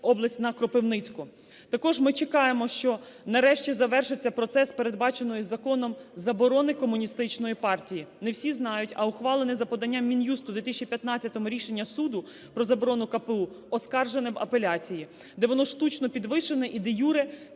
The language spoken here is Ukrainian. області на Кропивницьку. Також ми чекаємо, що нарешті завершиться процес передбаченої законом заборони Комуністичної партії. Не всі знають, а ухвалене за поданням Мін'юсту в 2015-у рішення суду про заборону КПУ оскаржене в апеляції, де воно штучно підвішене, і де-юре